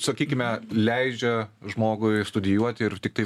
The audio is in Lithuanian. sakykime leidžia žmogui studijuoti ir tiktai